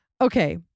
Okay